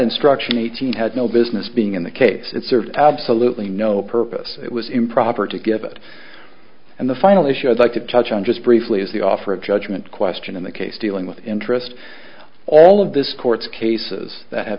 instruction eighteen had no business being in the case it served absolutely no purpose it was improper to give it and the final issue i'd like to touch on just briefly is the offer of judgment question in the case dealing with interest all of this court's cases that have